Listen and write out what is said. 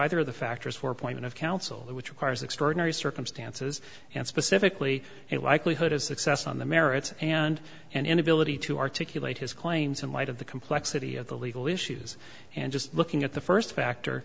either of the factors for point of counsel which requires extraordinary circumstances and specifically a likelihood of success on the merits and an inability to articulate his claims in light of the complexity of the legal issues and just looking at the first factor